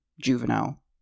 juvenile